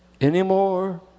anymore